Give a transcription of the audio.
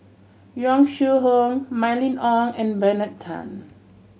Yong Shu Hoong Mylene Ong and Bernard Tan